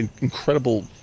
incredible